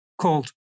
called